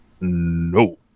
no